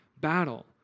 battle